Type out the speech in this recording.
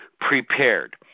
prepared